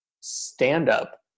stand-up